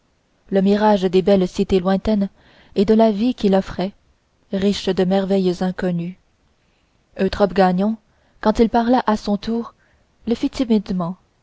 le mirage des belles cités lointaines et de la vie qu'il offrait riche de merveilles inconnues eutrope gagnon quand il parla à son tour le fit